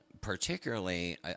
particularly